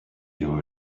your